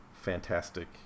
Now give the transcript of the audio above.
fantastic